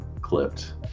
clipped